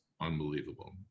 unbelievable